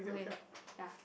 okay yeah